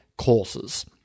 courses